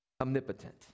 omnipotent